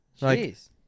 Jeez